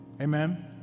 Amen